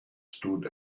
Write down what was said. stood